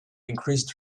increased